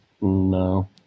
no